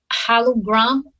hologram